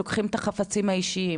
אתם לוקחים את החפצים האישיים,